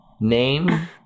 Name